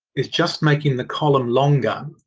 is just making the column longer.